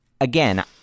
again